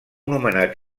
nomenat